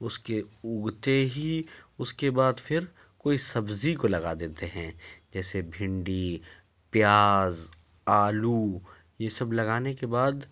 اس کے اگتے ہی اس کے بعد پھر کوئی سبزی کو لگا دیتے ہیں جیسے بھنڈی پیاز آلو یہ سب لگانے کے بعد